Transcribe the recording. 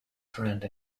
friend